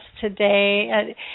today